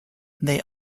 they